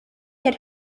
get